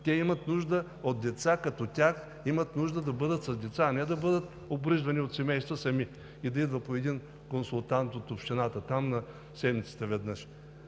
те имат нужда от деца като тях, имат нужда да бъдат с деца, а не да бъдат обгрижвани от семейства сами и да идва по един консултант от общината веднъж на седмицата.